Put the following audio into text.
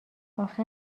آخه